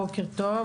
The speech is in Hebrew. בוקר טוב,